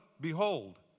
behold